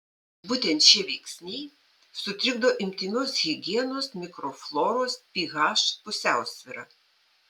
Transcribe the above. būtent šie veiksniai sutrikdo intymios higienos mikrofloros ph pusiausvyrą